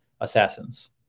assassins